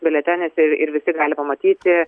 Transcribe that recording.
biuletenis ir visi gali pamatyti